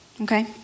okay